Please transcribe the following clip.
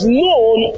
known